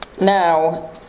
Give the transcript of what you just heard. Now